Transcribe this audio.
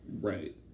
Right